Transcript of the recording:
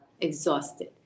exhausted